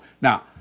Now